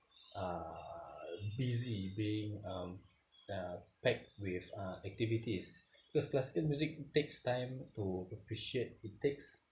uh busy being um uh packed with uh activities cause classical music takes time to appreciate it takes